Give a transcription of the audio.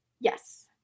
Yes